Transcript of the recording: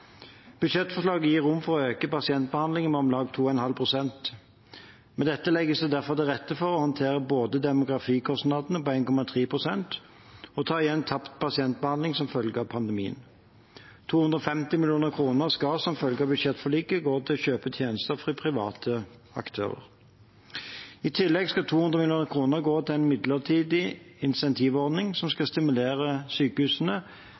Budsjettforslaget gir rom for å øke pasientbehandlingen med om lag 2,5 pst. Med dette legges det derfor til rette for å håndtere både demografikostnadene på 1,3 pst. og å ta igjen tapt pasientbehandling som følge av pandemien. 250 mill. kr skal, som følge av budsjettforliket, gå til å kjøpe tjenester fra private aktører. I tillegg skal 200 mill. kr gå til en midlertidig insentivordning som skal stimulere sykehusene